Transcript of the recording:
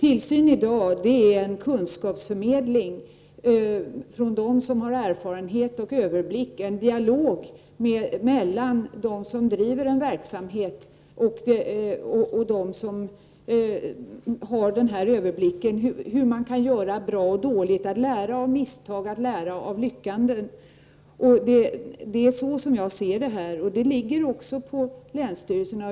I dag är tillsyn en kunskapsförmedling från dem som har erfarenhet och överblick, en dialog mellan dem som har denna överblick och dem som driver en verksamhet. Det gäller hur man kan göra något bra och dåligt, det gäller att lära av misstag och lära av det som har lyckats. Det är så jag ser detta -- och det åligger också länsstyrelserna.